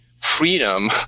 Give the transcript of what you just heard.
freedom